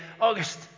August